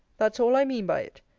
that's all i mean by it.